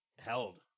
held